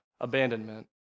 abandonment